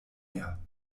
mehr